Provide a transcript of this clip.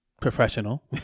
professional